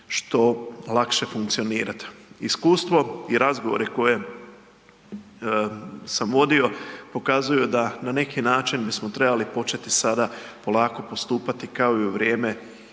što lakše funkcionirati. Iskustvo i razgovori koje sam vodio pokazuju da na neki način bismo trebali početi sada polako postupati kao i u vrijeme